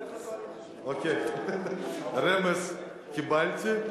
הקואליציה, רמז קיבלתי.